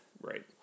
right